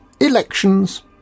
elections